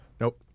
Nope